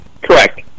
Correct